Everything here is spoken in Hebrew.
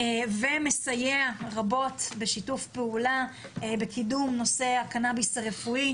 ומסייע רבות בשיתוף הפעולה לקידום נושא הקנאביס הרפואי.